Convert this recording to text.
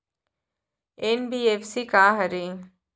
NBFC का हरे?